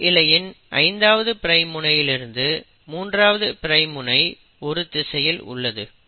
முதல் இழையின் 5ஆவது பிரைம் முனையிலிருந்து 3ஆவது பிரைம் முனை ஒரு திசையில் உள்ளது